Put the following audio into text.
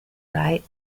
right